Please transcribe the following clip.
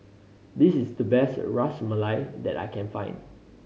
this is the best Ras Malai that I can find